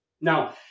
Now